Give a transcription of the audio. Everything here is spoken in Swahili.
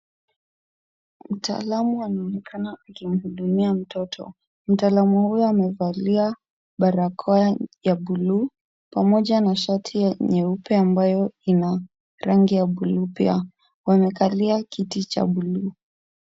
Mtaalam anaonekana akimuhudumia mtoto. Mtaalam huyu amevalia barakoa ya blue pamoja na shati ya nyeupe ambayo ina ya rangi ya blue pia. Wamekalia kiti cha blue .